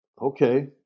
Okay